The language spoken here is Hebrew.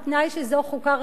בתנאי שזו חוקה ראויה.